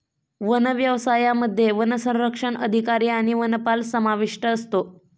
one व्यवसायामध्ये वनसंरक्षक अधिकारी आणि वनपाल समाविष्ट असतो